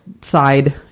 side